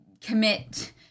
commit